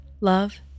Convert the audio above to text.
love